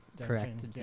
correct